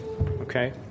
okay